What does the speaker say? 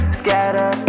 scatter